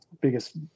biggest